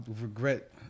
regret